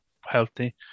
healthy